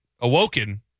awoken